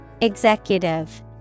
Executive